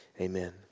amen